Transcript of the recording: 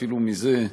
אפילו מזה.